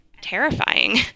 terrifying